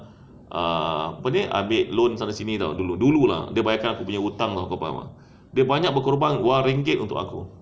ah apa ni ambil loan sampai sini [tau] dulu-dulu lah dia bayarkan aku punya hutang dia banyak berkorban wang ringgit untuk aku